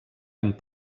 amb